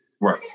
right